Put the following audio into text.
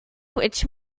which